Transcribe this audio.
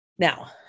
Now